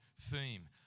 theme